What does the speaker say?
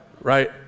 right